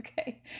okay